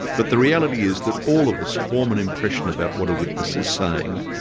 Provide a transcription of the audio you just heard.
but the reality is that all of us form an impression about what a witness is saying,